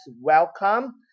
welcome